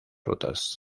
rutas